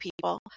people